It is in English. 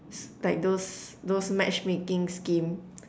like those those matchmaking scheme